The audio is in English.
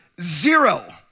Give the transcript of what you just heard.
zero